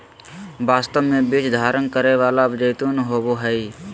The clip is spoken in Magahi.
वास्तव में बीज धारण करै वाला जैतून होबो हइ